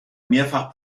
mehrfach